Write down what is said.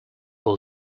will